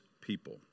people